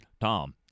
Tom